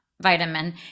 vitamin